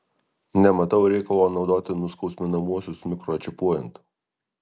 nematau reikalo naudoti nuskausminamuosius mikročipuojant